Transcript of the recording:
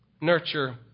Nurture